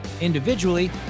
individually